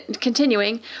continuing